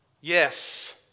yes